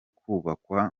kubakwa